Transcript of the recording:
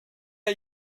are